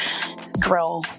Grow